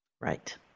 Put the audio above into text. right